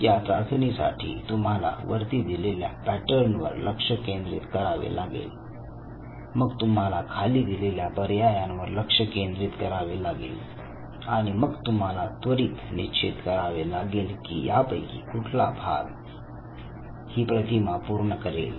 या चाचणीसाठी तुम्हाला वरती दिलेल्या पॅटर्न वर लक्ष केंद्रित करावे लागेल मग तुम्हाला खाली दिलेल्या पर्यायांवर लक्ष केंद्रित करावे लागेल आणि मग तुम्हाला त्वरित निश्चित करावे लागेल की यापैकी कुठला भाग ही प्रतिमा पूर्ण करेल